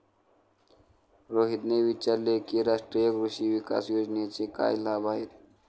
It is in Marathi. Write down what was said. रोहितने विचारले की राष्ट्रीय कृषी विकास योजनेचे काय लाभ आहेत?